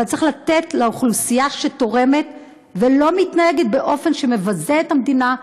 אבל צריך לתת לאוכלוסייה שתורמת ולא מתנהגת באופן שמבזה את המדינה,